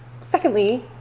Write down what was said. Secondly